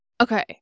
Okay